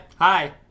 Hi